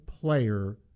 player